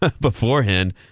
beforehand